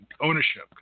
ownership